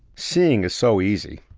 seeing is so easy.